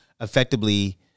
effectively